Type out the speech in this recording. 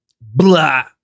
blah